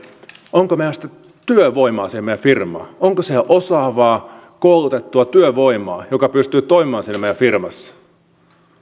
onko meillä sitten työvoimaa siihen meidän firmaan onko osaavaa koulutettua työvoimaa joka pystyy toimimaan siinä meidän firmassa